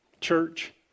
church